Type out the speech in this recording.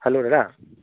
hello দাদা